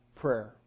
prayer